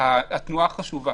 התנועה חשובה.